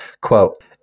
quote